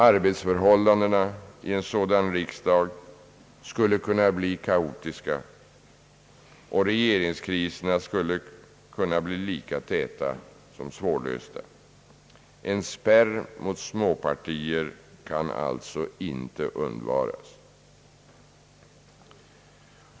Arbetsförhållandena i en sådan riksdag skulle kunna bli kaotiska och regeringskriserna skulle kunna bli lika täta som svårlösta. En spärr mot småpartier kan alltså inte undvaras.